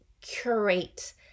curate